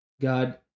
God